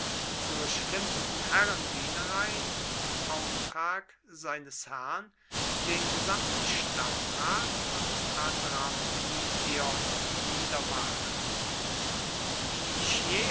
zur schlimmsten herrendienerei im auftrag seines herrn den gesamten stadtrat von adramytion niedermachen die